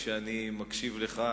כשאני מקשיב לך,